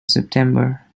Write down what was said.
september